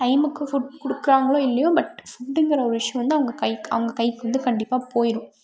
டைமுக்கு ஃபுட் கொடுக்குறாங்களோ இல்லையோ பட் ஃபுட்ங்கிற ஒரு விஷயம் வந்து அவங்க கைக்கு அவங்க கைக்கு வந்து கண்டிப்பாக போயிடும்